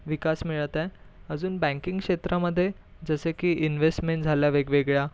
विकास मिळत आहे अजून बँकिंग क्षेत्रामध्ये जसे की इनवेसमेन झाल्या वेगवेगळ्या